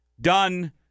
done